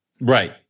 Right